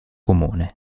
comune